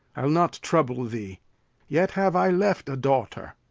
i'll not trouble thee yet have i left a daughter.